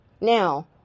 Now